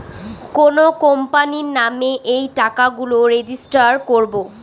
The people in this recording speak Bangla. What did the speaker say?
কোনো কোম্পানির নামে এই টাকা গুলো রেজিস্টার করবো